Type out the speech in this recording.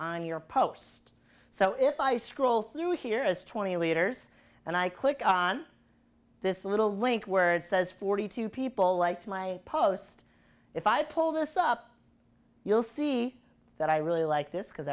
on your post so if i scroll through here as twenty leaders and i click on this little link where it says forty two people liked my post if i pull this up you'll see that i really like this because